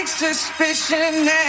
suspicion